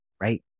right